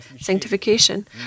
Sanctification